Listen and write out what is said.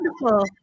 wonderful